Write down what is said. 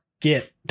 Get